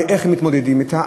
ואיך מתמודדים אתה,